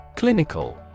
Clinical